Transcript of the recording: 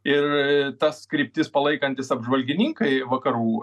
ir tas kryptis palaikantys apžvalgininkai vakarų